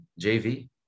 JV